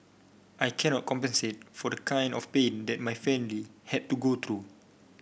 I cannot compensate for the kind of pain that my family had to go through